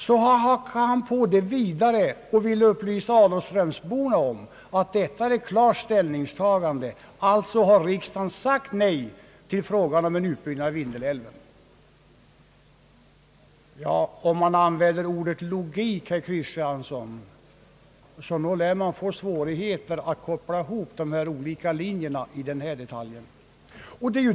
Så bygger han vidare på det resonemanget och vill upplysa adolfströmsborna om, att detta är ett klart ställningstagande. Alltså har utskottet och riksdagen sagt nej till frågan om en utbyggnad av Vindelälven. Om man vill använda det som kallas logik, herr Kristiansson, så nog lär man få svårigheter att koppla ihop de olika linjerna i den här detaljen.